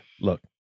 Look